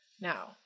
Now